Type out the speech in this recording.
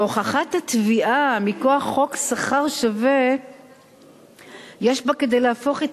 שהוכחת התביעה מכוח חוק שכר שווה יש בה כדי להפוך את